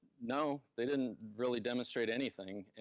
no, they didn't really demonstrate anything.